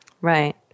Right